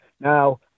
now